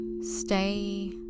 stay